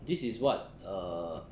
this is what err